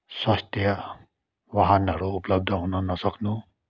स्वास्थ्य वाहनहरू उपलब्ध हुन नसक्नु